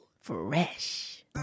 Fresh